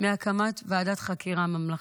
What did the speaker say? מהקמת ועדת חקירה ממלכתית.